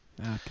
okay